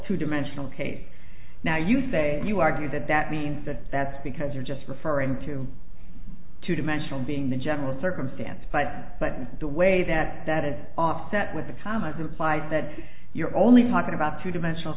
two dimensional case now you say you argue that that means that that's because you're just referring to two dimensional being the general circumstance but by the way that that is offset with the time i've implied that you're only talking about two dimensional